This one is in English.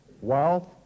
wealth